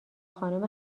خانم